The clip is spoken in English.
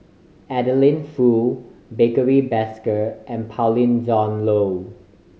Adeline Foo Barry Desker and Pauline Dawn Loh